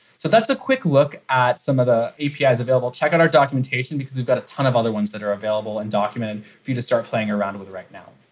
so that's a quick look at some of the apis available. check out our documentation because we've got a ton of other ones that are available and documented for you to start playing around with right now.